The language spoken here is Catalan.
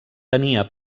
tenia